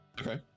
okay